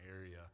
area